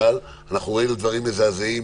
אבל ראינו דברים מזעזעים